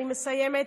אני מסיימת,